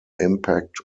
impact